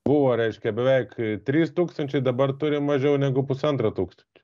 buvo reiškia beveik trys tūkstančiai dabar turim mažiau negu pusantro tūkstančio